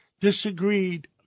disagreed